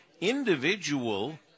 individual